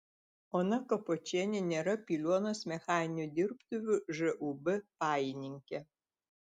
ona kapočienė nėra piliuonos mechaninių dirbtuvių žūb pajininkė